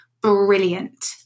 brilliant